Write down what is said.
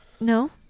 No